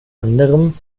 anderem